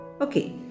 Okay